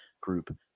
Group